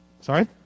Sorry